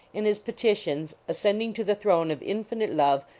and his peti tions, ascending to the throne of infinite love,